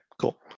cool